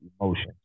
emotions